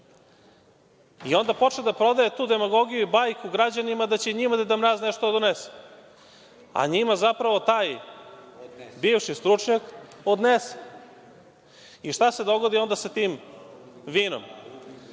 i onda počne da prodaje tu demagogiju i bajku građanina da će i njima Deda Mraz nešto da donese. NJima zapravo taj bivši stručnjak odnese i šta se dogodi onda sa tim vinom?